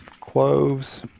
cloves